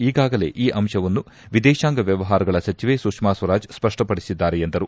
ಈಗಾಗಲೇ ಈ ಅಂಶವನ್ನು ವಿದೇಶಾಂಗ ವ್ಯವಹಾರಗಳ ಸಚಿವೆ ಸುಷ್ನಾ ಸ್ವರಾಜ್ ಸ್ಪಷ್ಪಪಡಿಸಿದ್ದಾರೆ ಎಂದರು